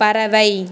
பறவை